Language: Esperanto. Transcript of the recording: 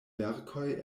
verkoj